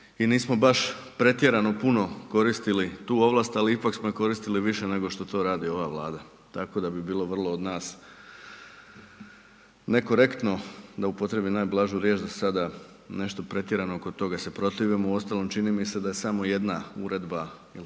i nismo baš pretjerano puno koristili tu ovlast, ali smo ju koristili više nego što to radi ova Vlada. Tako da bi bilo vrlo od nas nekorektno da upotrijebim najblažu riječ da sada nešto pretjerano oko toga se protivimo. Uostalom čini mi se da je samo jedna uredba,